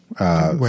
Wait